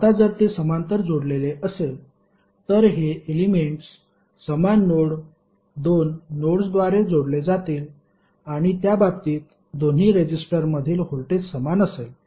आता जर ते समांतर जोडलेले असेल तर हे एलेमेंट्स समान दोन नोड्सद्वारे जोडले जातील आणि त्या बाबतीत दोन्ही रेजिस्टरमधील व्होल्टेज समान असेल